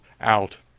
out